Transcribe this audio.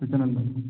त्याच्यानंतर